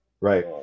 right